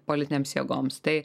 politinėms jėgoms tai